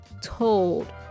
told